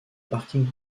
parking